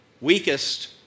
weakest